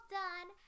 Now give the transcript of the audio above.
done